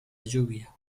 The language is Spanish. lluvia